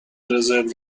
رزرو